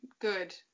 good